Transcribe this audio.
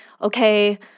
Okay